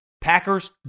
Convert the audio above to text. Packers